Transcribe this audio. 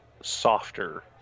softer